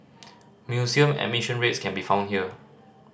museum admission rates can be found here